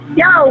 yo